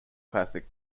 classic